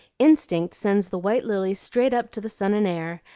instinct sends the white lily straight up to the sun and air,